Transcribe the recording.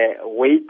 wait